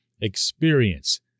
experience